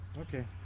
Okay